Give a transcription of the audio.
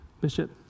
Bishop